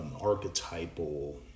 archetypal